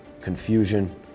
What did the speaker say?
confusion